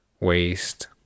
waste